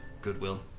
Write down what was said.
goodwill